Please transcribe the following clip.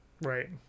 right